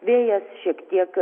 vėjas šiek tiek